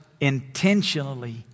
intentionally